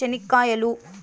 చెనిక్కాయలు